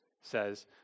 says